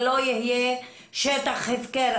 ולא יהיה שטח הפקר.